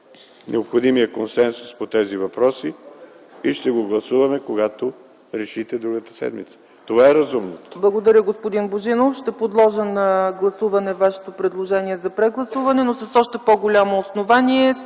необходимия консенсус по тези въпроси! Ще го гласуваме, когато решите, другата седмица. Това е разумното.